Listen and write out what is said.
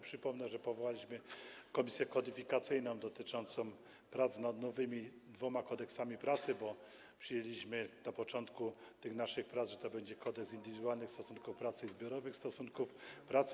Przypomnę, że powołaliśmy komisję kodyfikacyjną do prowadzenia prac nad nowymi dwoma Kodeksami pracy, bo przyjęliśmy na początku tych naszych prac, że to będzie kodeks indywidualnych stosunków pracy i zbiorowych stosunków pracy.